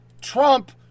Trump